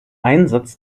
einsatz